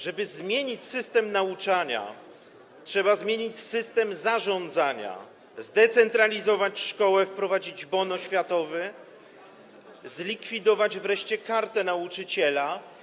Żeby zmienić system nauczania, trzeba zmienić system zarządzania, zdecentralizować szkołę, wprowadzić bon oświatowy, zlikwidować wreszcie Kartę Nauczyciela.